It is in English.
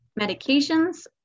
medications